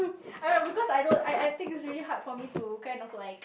I know because I don't I I think it's really hard for me to kind of like